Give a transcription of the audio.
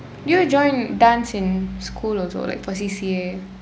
do you will join dance in schools also like for C_C_A